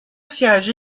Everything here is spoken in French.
siège